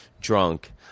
drunk